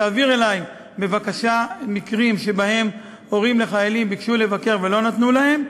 תעביר אלי בבקשה מקרים שבהם הורי חיילים ביקשו לבקר ולא נתנו להם,